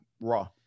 raw